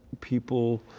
people